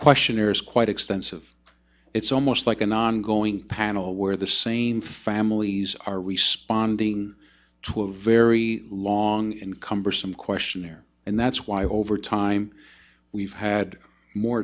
questionnaire is quite extensive it's almost like an ongoing panel where the same families are responding to a very long and cumbersome questionnaire and that's why over time we've had